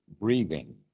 breathing